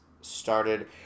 started